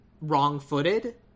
wrong-footed